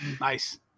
nice